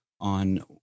on